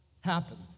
happen